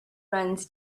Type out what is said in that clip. runs